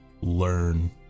learn